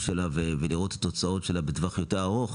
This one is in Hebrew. שלה ולראות את התוצאות שלה בטווח היותר ארוך